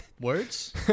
Words